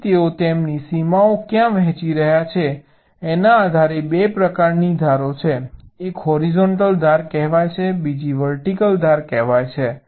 તેથી તેઓ તેમની સીમાઓ ક્યાં વહેંચી રહ્યા છે તેના આધારે 2 પ્રકારની ધારો છે એક હોરિઝોન્ટલ ધાર કહેવાય છે બીજી વર્ટિકલ ધાર કહેવાય છે